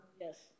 Yes